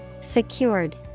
secured